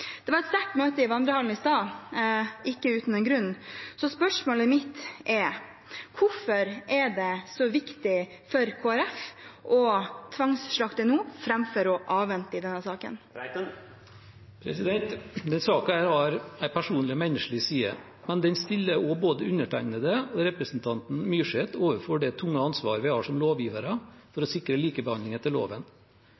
Det var et sterkt møte i vandrehallen i stad, ikke uten grunn. Spørsmålet mitt er: Hvorfor er det så viktig for Kristelig Folkeparti å tvangsslakte nå framfor å avvente i denne saken? Denne saken har en personlig og menneskelig side, men den stiller både undertegnede og representanten Myrseth overfor det tunge ansvar vi har som lovgivere for